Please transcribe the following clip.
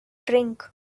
drink